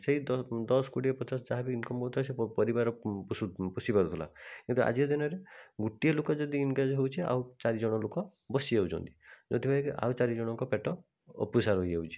ସେହି ଦଶ କୋଡିଏ ପଚାଶ ଯାହାବି ଇନ୍କମ୍ ହେଉଥିଲା ସେ ପରିବାର ପୋଷିପାରୁଥିଲା କିନ୍ତୁ ଆଜିକା ଦିନରେ ଗୋଟିଏ ଲୋକ ଯଦି ଏନ୍ଗେଜ୍ ହେଉଛି ଆଉ ଚାରିଜଣ ଲୋକ ବସିଯାଉଛନ୍ତି ଯଉଁଥିପାଇଁକି ଆଉ ଚାରିଜଣଙ୍କ ପେଟ ଅପୋଷା ରହିଯାଉଛି